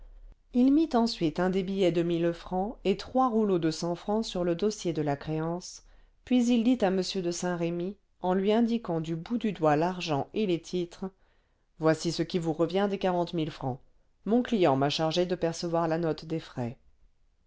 il mit ensuite un des billets de mille francs et trois rouleaux de cent francs sur le dossier de la créance puis il dit à m de saint-remy en lui indiquant du bout du doigt l'argent et les titres voici ce qui vous revient des quarante mille francs mon client m'a chargé de percevoir la note des frais